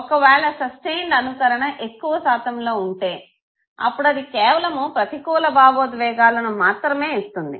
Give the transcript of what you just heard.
ఒకవేళ సస్టైన్డ్ అనుకరణ ఎక్కువ శాతంలో ఉంటే అప్పుడు అది కేవలము ప్రతికూల భావోద్వేగాలను మాత్రేమే ఇస్తుంది